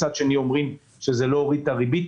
מצד שני אומרים שזה לא הוריד את הריבית.